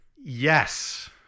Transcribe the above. Yes